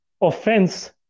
offense